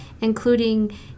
including